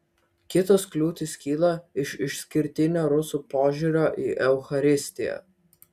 kitos kliūtis kyla iš išskirtinio rusų požiūrio į eucharistiją